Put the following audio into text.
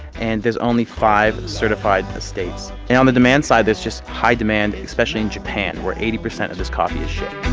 and there's only five certified estates. and on the demand side, there's just high demand, especially in japan where eighty of this coffee is shipped.